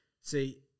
see